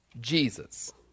Jesus